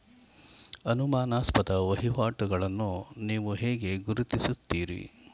ಅನುಮಾನಾಸ್ಪದ ವಹಿವಾಟುಗಳನ್ನು ನೀವು ಹೇಗೆ ಗುರುತಿಸುತ್ತೀರಿ?